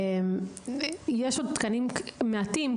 יש עוד תקנים מעטים,